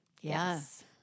Yes